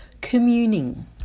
Communing